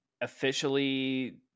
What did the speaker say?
officially